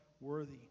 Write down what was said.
worthy